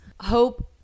Hope